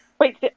Wait